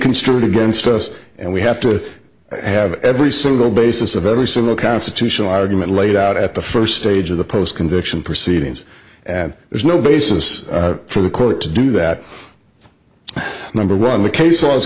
construed against us and we have to have every single basis of every single constitutional argument laid out at the first stage of the post conviction proceedings and there's no basis for the court to do that number one the case